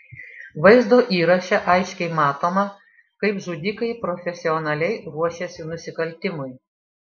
vaizdo įraše aiškiai matoma kaip žudikai profesionaliai ruošiasi nusikaltimui